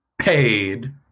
Paid